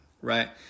right